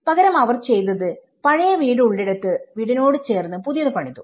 പകരം അവർ ചെയ്തത് പഴയ വീട് ഉള്ളിടത്ത് വീടിനോട് ചേർന്ന് പുതിയത് പണിതു